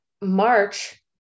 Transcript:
March